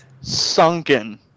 Sunken